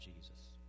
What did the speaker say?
Jesus